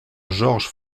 georges